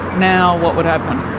now what would happen?